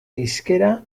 hizkera